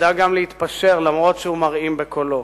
ידע גם להתפשר למרות שהוא מרעים בקולו.